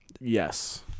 yes